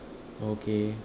okay